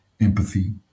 empathy